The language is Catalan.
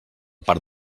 part